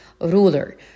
ruler